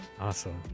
Awesome